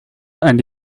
and